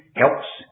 helps